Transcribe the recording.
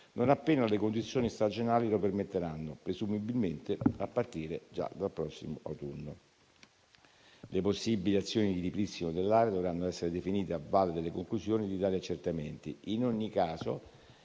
non appena le condizioni stagionali lo permetteranno, presumibilmente a partire già dal prossimo autunno. Le possibili azioni di ripristino dell'area dovranno essere definite a valle delle conclusioni di tali accertamenti. In ogni caso,